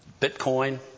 Bitcoin